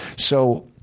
so